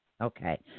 Okay